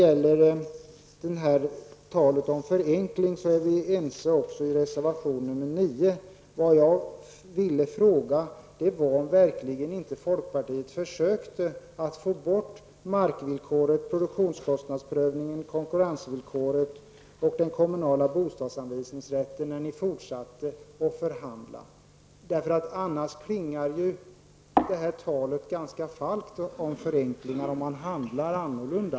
När det gäller frågan om förenklingar är vi ense också i reservation nr 9. Jag vill fråga om verkligen inte folkpartiet fortsatte att försöka få bort markvillkoret, produktionskostnadsprövningen, konkurrensvillkoret och den kommunala bostadsanvisningsrätten när ni fortsatte att förhandla. Annars klingar talet om förenklingar ganska falskt när man handlar annorlunda.